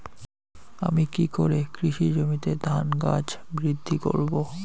আমি কী করে কৃষি জমিতে ধান গাছ বৃদ্ধি করব?